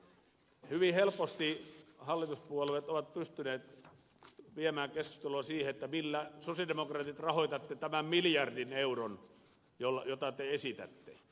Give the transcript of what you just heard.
hyvin helposti hallituspuolueet ovat pystyneet viemään keskustelua siihen millä sosialidemokraatit rahoitatte tämä miljardin euron jota te esitätte